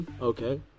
Okay